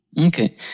Okay